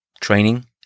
training